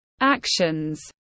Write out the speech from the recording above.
actions